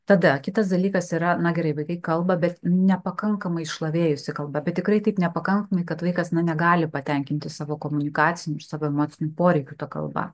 tada kitas dalykas yra na gerai vaikai kalba bet nepakankamai išlavėjusi kalba bet tikrai taip nepakankamai kad vaikas na negali patenkinti savo komunikacinių ir savo emocinių poreikių ta kalba